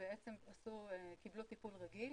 שבעצם קיבלו טיפול רגיל,